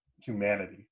humanity